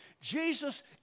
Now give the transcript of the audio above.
Jesus